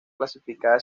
clasificada